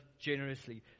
generously